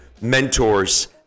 mentors